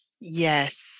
Yes